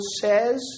says